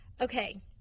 Okay